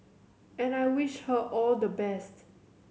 and I wish her all the best